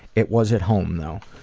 it was at home though.